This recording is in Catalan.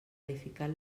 edificat